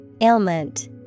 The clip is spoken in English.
Ailment